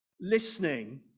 listening